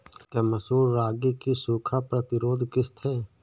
क्या मसूर रागी की सूखा प्रतिरोध किश्त है?